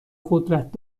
قدرت